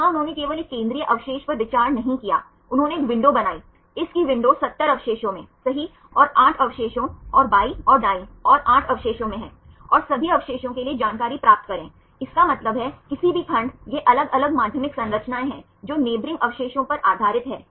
यहां उन्होंने केवल एक केंद्रीय अवशेष पर विचार नहीं किया उन्होंने एक विंडो बनाई इस की विंडो 70 अवशेषों में सही ओर 8 अवशेषों और बाईं ओर दाईं ओर 8 अवशेषों में है और सभी अवशेषों के लिए जानकारी प्राप्त करें इसका मतलब है किसी भी खंड ये अलग अलग माध्यमिक संरचनाएं हैं जो नेइबोरिंग अवशेषों पर आधारित हैं